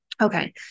Okay